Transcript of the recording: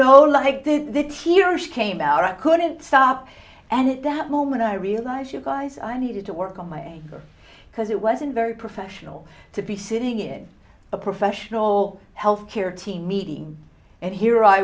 know like that that he or she came out i couldn't stop and that moment i realized you guys i needed to work on my anger because it wasn't very professional to be sitting in a professional health care team meeting and here i